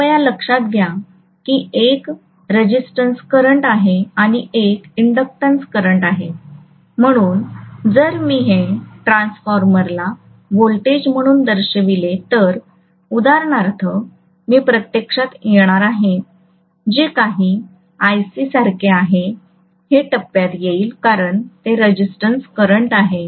कृपया लक्षात घ्या की एक रेसिस्टिव्ह करंट आहे आणि एक इंडक्टिव्ह करंट आहे म्हणून जर मी हे ट्रांसफॉर्मरला व्होल्टेज म्हणून दर्शविले तर उदाहरणार्थ मी प्रत्यक्षात येणार आहे जे काही IC सारखे आहे हे टप्प्यात येईल कारण ते रेसिस्टिव्ह करंट आहे